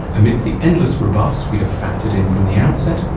amidst the endless rebuffs we'd have factored in from the outset,